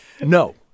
no